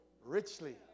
richly